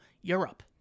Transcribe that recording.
Europe